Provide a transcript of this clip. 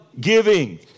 giving